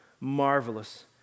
marvelous